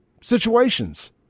situations